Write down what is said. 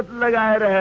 my god!